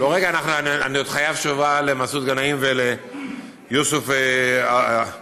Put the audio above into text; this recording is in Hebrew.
אני עוד חייב תשובה למסעוד גנאים וליוסף עטאונה,